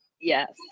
Yes